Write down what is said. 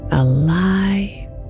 alive